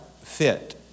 fit